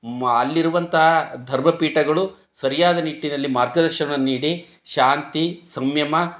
ಮಾ ಅಲ್ಲಿರುವಂತಹ ಧರ್ಮಪೀಠಗಳು ಸರಿಯಾದ ನಿಟ್ಟಿನಲ್ಲಿ ಮಾರ್ಗದರ್ಶನವನ್ನು ನೀಡಿ ಶಾಂತಿ ಸಂಯಮ